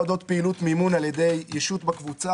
העלו את זה אנשים מכל הסיעות בדיונים הקודמים ובמקומות כאלה